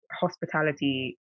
hospitality